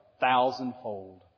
thousandfold